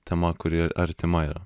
tema kuri artima yra